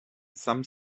some